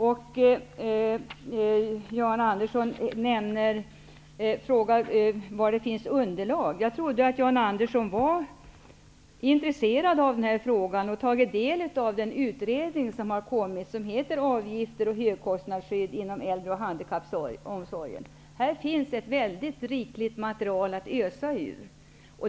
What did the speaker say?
Jan Andersson frågar var underlaget finns. Jag trodde att Jan Andersson var intresserad av denna fråga och hade tagit del av den utredning som framlagts och som heter ''Avgifter och högkostnadsskydd inom äldre och handikappomsorgen''. Där finns ett rikligt material att ösa ur.